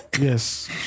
Yes